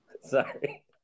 Sorry